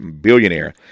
billionaire